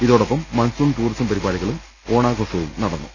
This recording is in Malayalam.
ഇതോടൊപ്പം മൺസൂൺ ടൂറിസം പരിപാടികളും ഓണാഘോഷവും നടന്നു